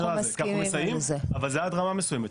שאנחנו מסייעים אבל זה עד רמה מסוימת.